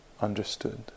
understood